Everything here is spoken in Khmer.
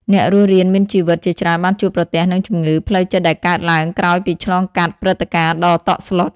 អ្នករស់រានមានជីវិតជាច្រើនបានជួបប្រទះនឹងជំងឺ ផ្លូវចិត្តដែលកើតឡើងក្រោយពីឆ្លងកាត់ព្រឹត្តិការណ៍ដ៏តក់ស្លុត។